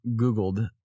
Googled